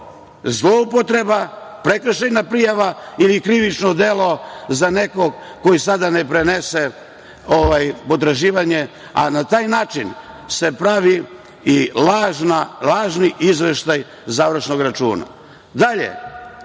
zloupotreba, prekršajna prijava ili krivično delo za nekog koji sada ne prenese potraživanje, a na taj način se pravi i lažni izveštaj završnog računa. Dalje,